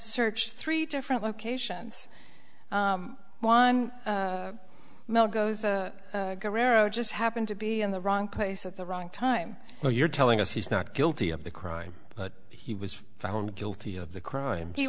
search three different locations one mail goes guerrero just happened to be on the wrong place at the wrong time so you're telling us he's not guilty of the crime but he was found guilty of the crime he